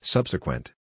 Subsequent